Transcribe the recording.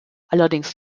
allerdings